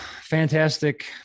fantastic